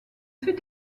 fut